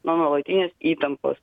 nuo nuolatinės įtampos